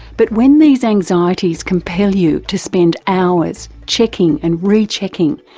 but when these anxieties compel you to spend hours checking and re-checking,